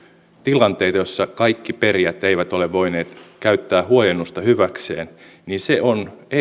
tilanteita joissa kaikki perijät eivät ole voineet käyttää huojennusta hyväkseen niin se on